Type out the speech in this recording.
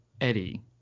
Eddie